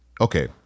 Okay